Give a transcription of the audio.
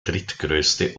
drittgrößte